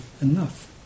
enough